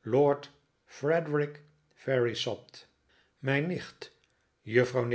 lord frederik verisopht mijn nicht juffrouw